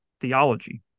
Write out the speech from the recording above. theology